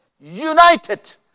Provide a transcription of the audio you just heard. united